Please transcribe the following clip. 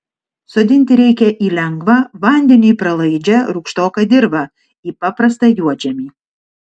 sodinti reikia į lengvą vandeniui pralaidžią rūgštoką dirvą į paprastą juodžemį